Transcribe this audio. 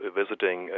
visiting